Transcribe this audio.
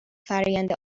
فرآیند